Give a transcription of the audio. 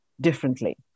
differently